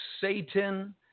Satan